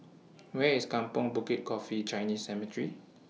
Where IS Kampong Bukit Coffee Chinese Cemetery